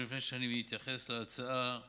לפני שאני מתייחס להצעה,